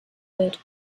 wird